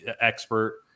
expert